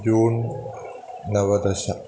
जून् नवदश